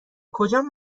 کجان